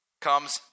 comes